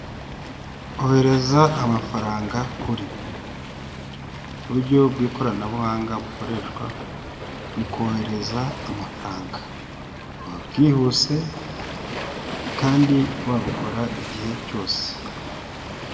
Ohereza amafaranga kuri, ku buryo bw'ikoranabuhanga bukoreshwa mu kohereza amafaranga, buba bwihuse kandi wabukora igihe cyose.